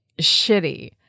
shitty